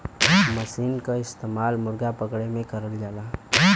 मसीन के इस्तेमाल मुरगा पकड़े में करल जाला